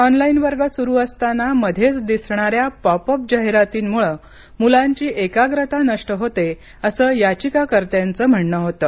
online वर्ग सुरु असताना मध्येच दिसणाऱ्या पॉप अप जाहिरातींमुळे मुलांची एकाग्रता नष्ट होते असं याचिकाकर्त्यांचं म्हणणं होतं